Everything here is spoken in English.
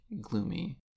gloomy